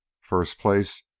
first-place